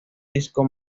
disco